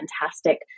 fantastic